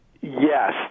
Yes